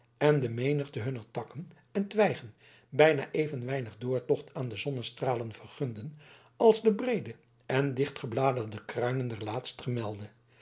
en de menigte hunner takken en twijgen bijna even weinig doortocht aan de zonnestralen vergunden als de breede en dichtgebladerde kruinen der